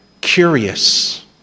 curious